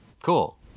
cool